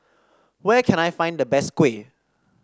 where can I find the best kuih